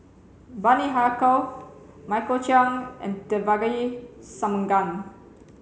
Bani Haykal Michael Chiang and Devagi Sanmugam